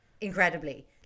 Incredibly